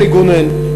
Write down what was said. אלי גונן,